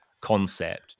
concept